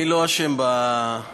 אני לא אשם ברעש.